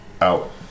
out